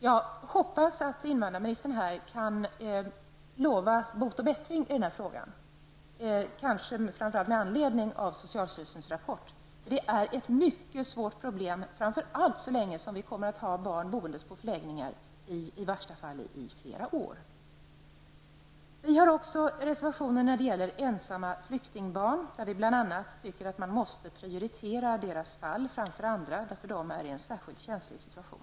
Jag hoppas att invandrarministern kan lova bot och bättring i den frågan, framför allt med anledning av socialstyrelsens rapport. Det här är ett mycket svårt problem så länge vi har barn boende på förläggningar under i värsta fall flera år. Vi har också avgivit reservationer som gäller ensamma flyktingbarn. Bl.a. anser vi att deras fall måste prioriteras framför andras. De befinner sig nämligen i en särskilt känslig situation.